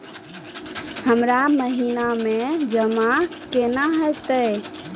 हमरा महिना मे जमा केना हेतै?